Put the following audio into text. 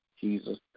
Jesus